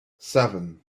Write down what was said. seven